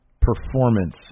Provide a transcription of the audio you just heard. performance